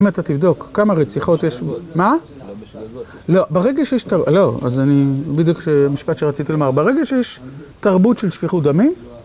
אם אתה תבדוק כמה רציחות יש, מה? בשערות. לא, ברגע שיש, לא, אז אני בדיוק, המשפט שרציתי לומר, ברגע שיש תרבות של שפיכות דמים.